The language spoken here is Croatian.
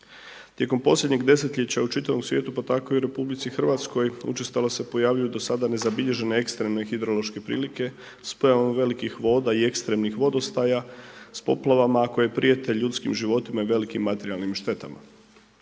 Tijekom posljednjeg desetljeća u čitavom svijetu pa tako i u RH, učestalo se pojavljuju do sada nezabilježene ekstremne hidrološke prilike s pojavom velikih voda i ekstremnih vodostaja, s poplavama koje prijete ljudskim životima i velikim materijalnim štetama.